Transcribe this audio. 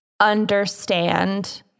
understand